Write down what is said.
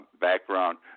background